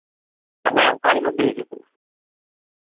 ᱛᱟᱦᱞᱮ ᱚᱠᱟ ᱦᱤᱞᱳᱜ ᱵᱤᱱ ᱦᱤᱡᱩᱜ ᱠᱟᱱᱟ